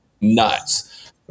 nuts